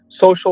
social